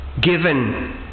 given